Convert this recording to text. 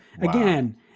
again